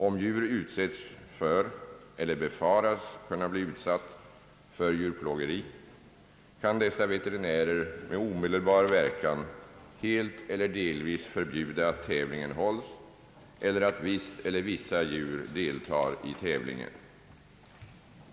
Om djur utsätts för eller befaras kunna bli utsatt för djurplågeri, kan dessa veterinärer med omedelbar verkan helt eller delvis förbjuda att tävlingen hålls eller att visst eller vissa djur deltar i tävlingen.